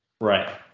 Right